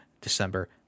december